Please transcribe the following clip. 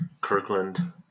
Kirkland